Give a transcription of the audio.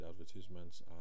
advertisements